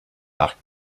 par